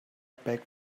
back